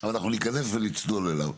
אבל אנחנו ניכנס ונצלול אליו.